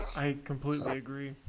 i completely agree.